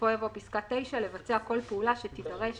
העיקרי יבוא: "(9) לבצע כל פעולה שתידרש